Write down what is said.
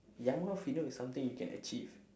yamaha piano is something you can achieve